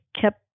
kept